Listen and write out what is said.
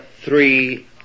three